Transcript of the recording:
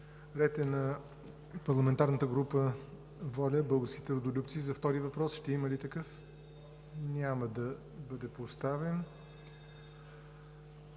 Ред е на парламентарната група „ВОЛЯ – Българските Родолюбци“ за втори въпрос. Ще има ли такъв? Няма да бъде поставен.